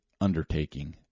undertaking